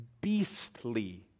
beastly